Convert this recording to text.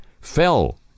fell